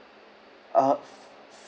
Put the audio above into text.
uh